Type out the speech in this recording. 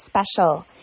special